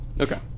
Okay